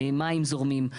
מים זורמים,